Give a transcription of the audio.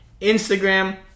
Instagram